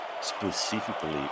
specifically